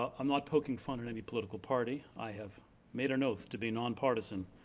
ah i'm not poking fun at any political party, i have made an oath to be nonpartisan.